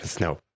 no